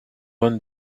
vingt